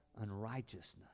unrighteousness